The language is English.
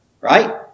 right